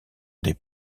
des